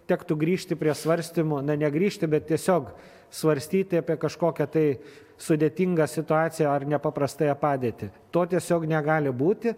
tektų grįžti prie svarstymo na negrįžti bet tiesiog svarstyti apie kažkokią tai sudėtingą situaciją ar nepaprastąją padėtį to tiesiog negali būti